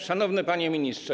Szanowny Panie Ministrze!